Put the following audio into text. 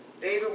David